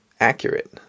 accurate